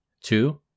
two